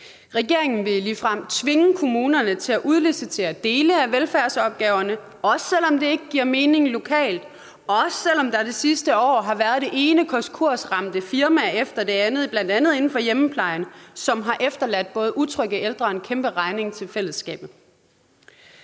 Regeringen vil ligefrem tvinge kommunerne til at udlicitere dele af velfærdsopgaverne, også selv om det ikke giver mening lokalt, og også selv om der de sidste år har været det ene konkursramte firma efter det andet, bl.a. inden for hjemmeplejen, som har efterladt både utrygge ældre og en kæmperegning til fællesskabet.